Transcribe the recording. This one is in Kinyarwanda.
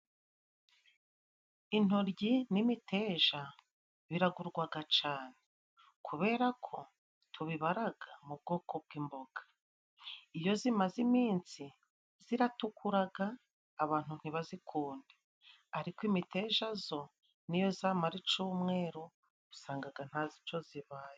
Intoryi n'imiteja biragurwa cyane, kubera ko tubibara mu bwoko bw'imboga. Iyo zimaze iminsi, ziratukura abantu ntibazikunde, ariko imiteja yo n'iyo yamara icyumweru, usanga nta cyo ibaye.